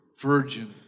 virgin